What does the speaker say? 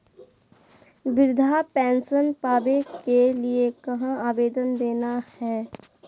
वृद्धा पेंसन पावे के लिए कहा आवेदन देना है?